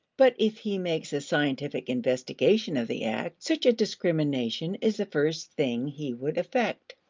but if he makes a scientific investigation of the act, such a discrimination is the first thing he would effect.